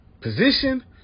position